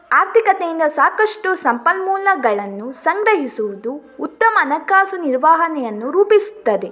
ಆರ್ಥಿಕತೆಯಿಂದ ಸಾಕಷ್ಟು ಸಂಪನ್ಮೂಲಗಳನ್ನು ಸಂಗ್ರಹಿಸುವುದು ಉತ್ತಮ ಹಣಕಾಸು ನಿರ್ವಹಣೆಯನ್ನು ರೂಪಿಸುತ್ತದೆ